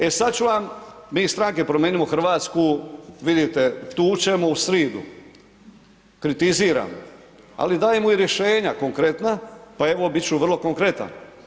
E, sad ću vam, mi iz stranke Promijenimo Hrvatsku vite tučemo u sridu, kritiziramo, ali dajemo i rješenja konkretna, pa evo bit ću vrlo konkretan.